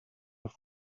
have